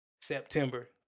September